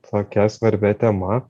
tokia svarbia tema